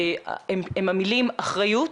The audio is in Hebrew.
הן המילים אחריות,